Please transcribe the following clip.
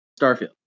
Starfield